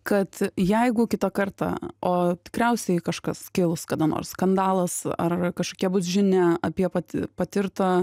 kad jeigu kitą kartą o tikriausiai kažkas kils kada nors skandalas ar kažkokia bus žinia apie pati patirtą